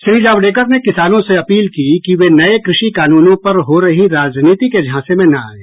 श्री जावड़ेकर ने किसानों से अपील की कि वे नये कृषि कानूनों पर हो रही राजनीति के झांसे में न आएं